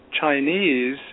Chinese